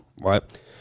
right